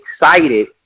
excited